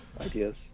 ideas